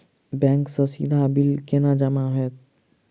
Bank सँ सीधा bill केना जमा होइत?